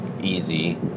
easy